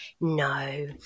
no